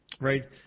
right